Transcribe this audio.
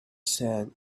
sand